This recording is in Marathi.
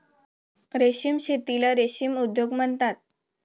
रेशीम शेतीला रेशीम उद्योग म्हणतात